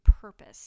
purpose